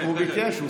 הוא ביקש.